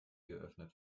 geöffnet